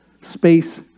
space